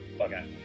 Okay